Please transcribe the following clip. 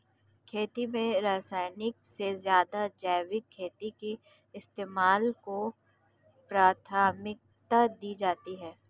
खेती में रासायनिक से ज़्यादा जैविक खेती के इस्तेमाल को प्राथमिकता दी जाती है